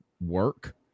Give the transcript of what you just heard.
work